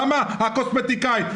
למה הקוסמטיקאית?